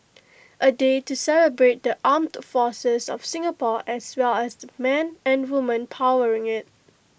A day to celebrate the armed forces of Singapore as well as the men and women powering IT